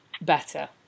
better